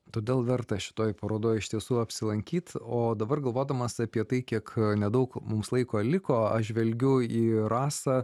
todėl verta šitoje parodoje iš tiesų apsilankyti o dabar galvodamas apie tai kiek nedaug mums laiko liko aš žvelgiu į rasą